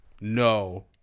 no